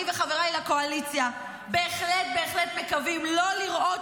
אני וחבריי לקואליציה בהחלט בהחלט מקווים לא לראות